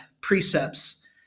precepts